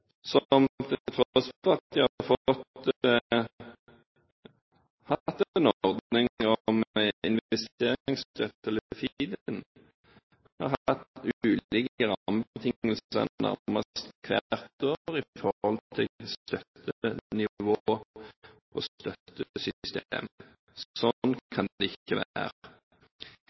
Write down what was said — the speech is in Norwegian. har hatt ulike rammebetingelser nærmest hvert år med hensyn til støttenivå og støttesystem. Sånn kan det ikke være.